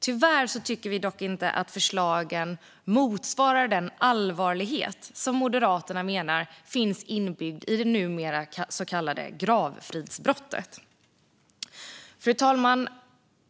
Dock tycker vi att förslagen tyvärr inte motsvarar den allvarlighet som vi menar finns inbyggd i det som nu kallas gravfridsbrottet. Fru talman!